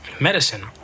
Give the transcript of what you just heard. medicine